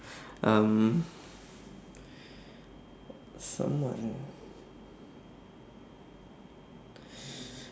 um someone ah